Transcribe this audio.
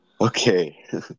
Okay